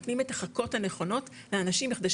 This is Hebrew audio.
נותנים את 'החכות' הנכונות לאנשים בכדי